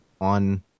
on